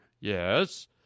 Yes